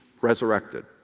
resurrected